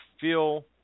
feel